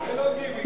זה לא גימיק.